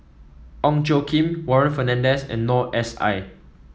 Ong Tjoe Kim Warren Fernandez and Noor S I